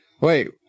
Wait